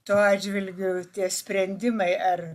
tuo atžvilgiu tie sprendimai ar